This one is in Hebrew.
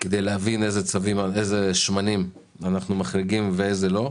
כדי להבין איזה שמנים אנחנו מחריגים ואיזה לא.